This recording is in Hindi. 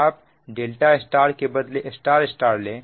आप ∆ Y के बदले Y Y ले